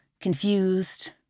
confused